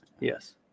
yes